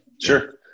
Sure